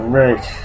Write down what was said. right